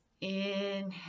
inhale